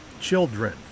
children